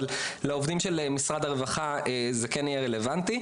אבל לעובדים של משרד הרווחה זה כן יהיה רלוונטי.